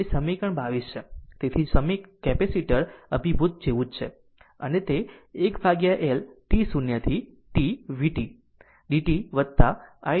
તેથી જો કેપેસિટર અભીભુતી જેવું જ છે અને તે 1L t 0 to t vt dt વતા i t 0 હશે